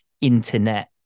internet